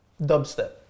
Dubstep